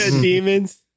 Demons